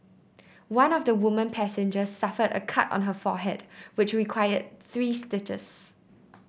one of the woman passengers suffered a cut on her forehead which required three stitches